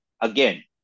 again